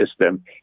system